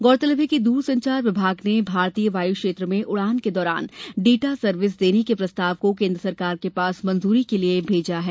गौरतलब है कि दूरसंचार विभाग ने भारतीय वायुक्षेत्र में उड़ान के दौरान डाटा सर्विस देने के प्रस्ताव को केंद्र सरकार के पास मंजूरी के लिए भेजा है